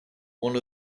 one